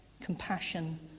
compassion